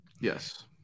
Yes